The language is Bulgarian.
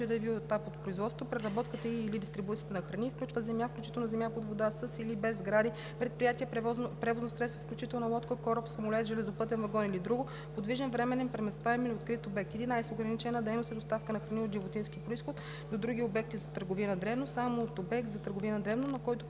и да било етап от производството, преработката и/или дистрибуцията на храни, и включва: земя (включително земя под вода) със или без сгради, предприятие, превозно средство (включително лодка, кораб, самолет, железопътен вагон или друго); подвижен, временен, преместваем или открит обект. 11. „Ограничена дейност“ е доставка на храни от животински произход до други обекти за търговия на дребно само от обект за търговия на дребно, на който